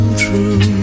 true